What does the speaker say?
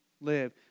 live